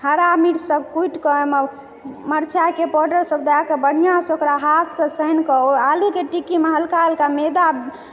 हरा मिर्च सब कुटिकऽ ओहिमे मरचाईके पाउडर सब दए कऽ बढ़िआँ सँ ओकरा हाथ सँ सानिकऽ ओइ आलूके टिक्कीमे हल्का हल्का मैदा